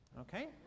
Okay